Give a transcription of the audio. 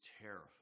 terrifying